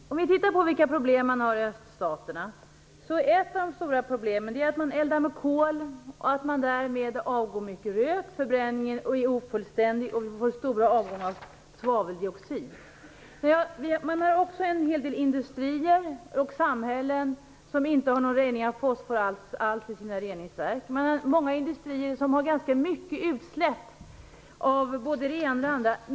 Fru talman! Om vi tittar på vilka problem man har i öststaterna, Sinikka Bohlin, ser vi att ett av de stora problemen är att man eldar med kol och att det därvid avgår mycket rök. Förbränningen är ofullständig, och det blir stor avgång av svaveldioxid. Man har också en hel del industrier och samhällen som inte har någon rening av fosfor alls i sina reningsverk. Man har många industrier som ger ganska mycket utsläpp av både det ena och det andra.